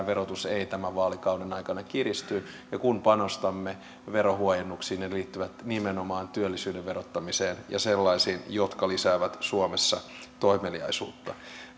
verotus ei tämän vaalikauden aikana kiristy kun panostamme verohuojennuksiin ne liittyvät nimenomaan työllisyyden verottamiseen ja sellaisiin jotka lisäävät suomessa toimeliaisuutta